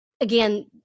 again